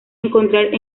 encontrar